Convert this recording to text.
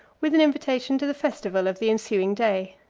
with an invitation to the festival of the ensuing day.